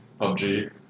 PUBG